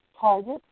target